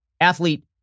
athlete